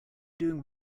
doing